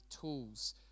tools